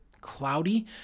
cloudy